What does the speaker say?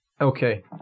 Okay